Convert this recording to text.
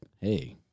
hey